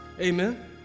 amen